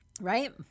Right